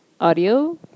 audio